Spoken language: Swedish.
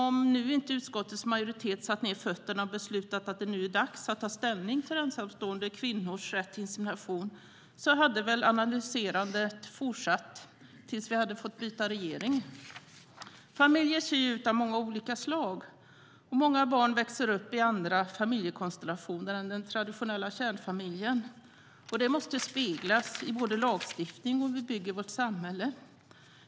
Om inte utskottets majoritet satt ned fötterna och beslutat att det nu är dags att ta ställning för ensamstående kvinnors rätt till insemination hade väl analyserandet fortsatt tills vi hade fått byta regering. Familjer kan vara av många olika slag. Många barn växer upp i andra familjekonstellationer än den traditionella kärnfamiljen. Det måste speglas både i lagstiftning och i hur vi bygger vårt samhälle.